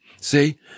See